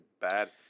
bad